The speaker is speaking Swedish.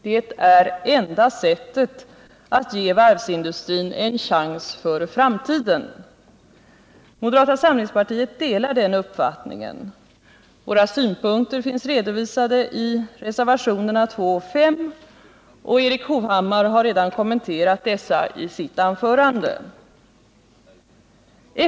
Det är enda sättet att ge varvsindustrin en chans för framtiden. Moderata samlingspartiet delar den uppfattningen. Våra synpunkter finns redovisade i reservationerna 2 och 5. Erik Hovhammar har redan kommenterat dessa i sitt anförande.